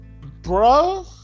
Bro